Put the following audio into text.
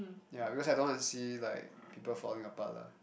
ya because I don't want to see like people falling apart lah